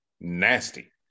Nasty